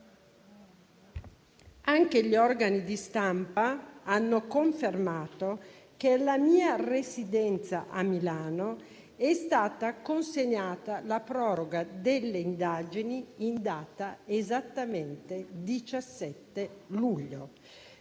Anche gli organi di stampa hanno confermato che alla mia residenza, a Milano, è stata consegnata la proroga delle indagini in data, esattamente, 17 luglio.